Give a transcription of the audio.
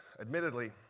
admittedly